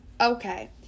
Okay